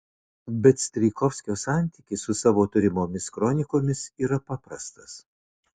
bet strijkovskio santykis su savo turimomis kronikomis yra paprastas